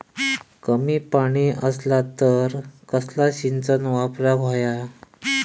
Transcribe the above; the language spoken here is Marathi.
कमी पाणी असला तर कसला सिंचन वापराक होया?